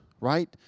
right